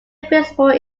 visible